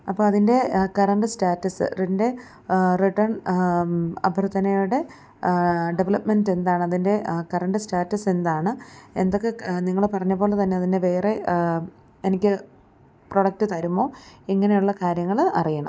അപ്പോള് അതിൻ്റെ current status ഇതിൻ്റെ റിട്ടേൺ അഭ്യർഥനയുടെ ഡവലപ്പ്മെൻറ്റ് എന്താണതിൻ്റെ കറണ്ട് സ്റ്റാറ്റസ് എന്താണ് എന്തൊക്കെ നിങ്ങള് പറഞ്ഞ പോലെ തന്നെ തന്നെ വേറെ എനിക്ക് പ്രോഡക്റ്റ് തരുമോ ഇങ്ങനെയുള്ള കാര്യങ്ങള് അറിയണം